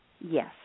Yes